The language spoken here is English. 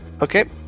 Okay